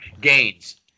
Gains